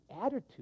attitude